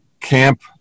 camp